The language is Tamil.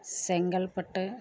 செங்கல்பட்டு